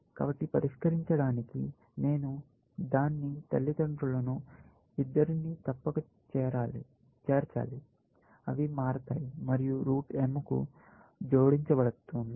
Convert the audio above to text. కాబట్టి పరిష్కరించడానికి నేను దాని తల్లిదండ్రులను ఇద్దరినీ తప్పక చేర్చాలి అవి మారుతాయి మరియు రూట్ m కు జోడించబడుతోంది